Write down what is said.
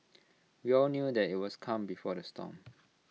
we all knew that IT was calm before the storm